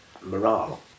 morale